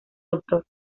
doctor